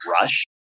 Rush